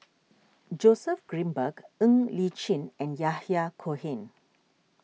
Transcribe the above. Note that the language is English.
Joseph Grimberg Ng Li Chin and Yahya Cohen